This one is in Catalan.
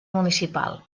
municipal